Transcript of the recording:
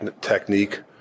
technique